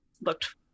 looked